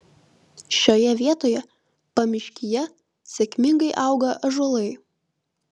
šioje vietoje pamiškyje sėkmingai auga ąžuolai